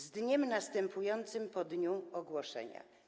Z dniem następującym po dniu ogłoszenia.